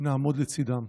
נעמוד לצידם.